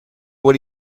what